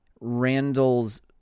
Randall's